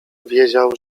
wiedział